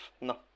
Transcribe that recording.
no